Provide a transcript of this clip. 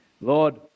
Lord